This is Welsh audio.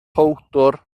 powdwr